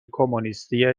کمونیستی